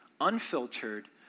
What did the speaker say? unfiltered